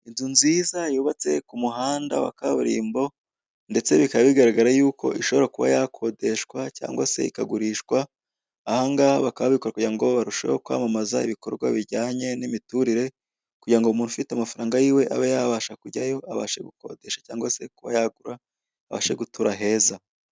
Inzu nziza yubatswe kumuhanda wa kaburimbo, ndetse bikaba bigaragara yuko ishobora kuba yakodeshwa cyangwase ikagurishwa, ahangaha bakaba babikora kugira ngo barusheho kwamamaza ibikorwa bijyanye n'imiturire, kugirango umuntu ufite amafaranga yiwe abe yabasha kujyayo abashe gukodesha cyangwa se kuba yagura, abashe gutura heza.